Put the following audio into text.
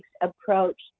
approach